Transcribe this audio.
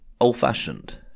old-fashioned